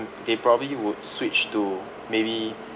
they probably would switch to maybe